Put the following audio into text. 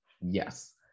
Yes